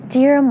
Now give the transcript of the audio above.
Dear